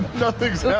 nothing's yeah